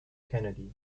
kennedy